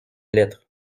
lettre